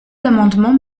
l’amendement